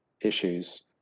issues